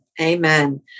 Amen